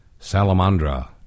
Salamandra